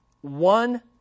one